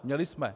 Měli jsme.